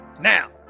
Now